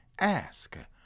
Ask